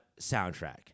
soundtrack